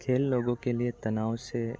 खेल लोगों के लिए तनाव से